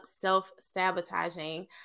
self-sabotaging